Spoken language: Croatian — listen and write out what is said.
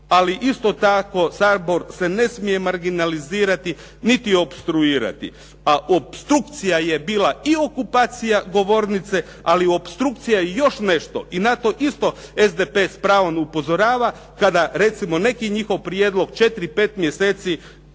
ali isto tako Sabor se ne smije marginarizilati niti opstruirati. A opstrukcija je bila i okupacija govornice, ali opstrukcija je još nešto i nato isto SDP s pravom upozorava kada recimo neki njihov prijedlog 4, 5 mjeseci